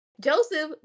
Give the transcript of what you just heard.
joseph